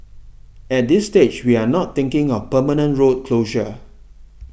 at this stage we are not thinking of permanent road closure